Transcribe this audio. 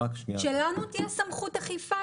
שלנו תהיה סמכות אכיפה.